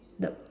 the